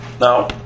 Now